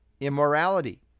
immorality